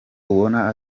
ubona